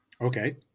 Okay